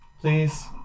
please